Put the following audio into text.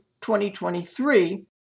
2023